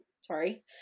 Sorry